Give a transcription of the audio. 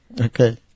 Okay